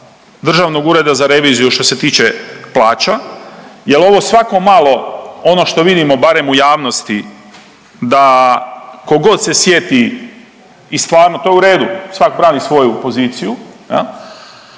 Državnog ureda za reviziju što se tiče plaća jel ovo svako malo ono što vidimo barem u javnosti da kogod se sjeti i stvarno to je u redu, svak pravi svoju poziciju,